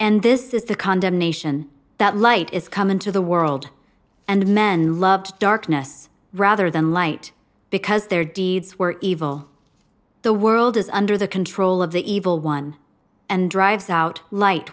and this is the condemnation that light is come into the world and men loved darkness rather than light because their deeds were evil the world is under the control of the evil one and drives out light